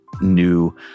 new